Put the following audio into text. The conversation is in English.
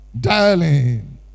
darling